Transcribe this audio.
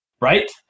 Right